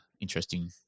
interesting